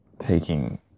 taking